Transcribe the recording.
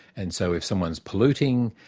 and so if someone's polluting,